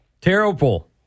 Terrible